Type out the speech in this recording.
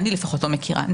אני לפחות לא מכירה,